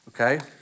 okay